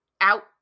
out